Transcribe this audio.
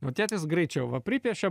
o tėtis greičiau va pripiešė